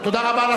תודה.